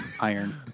Iron